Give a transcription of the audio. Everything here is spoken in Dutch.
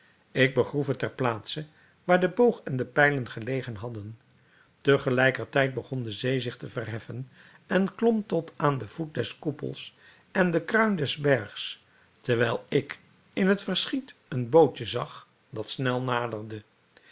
ik begroef het ter plaatse waar de boog en de pijlen gelegen hadden te gelijker tijd begon de zee zich te verheffen en klom tot aan den voet des koepels en de kruin des bergs terwijl ik in het verschiet een bootje zag dat snel naderde